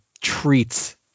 treats